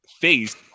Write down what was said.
face